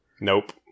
Nope